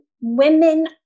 women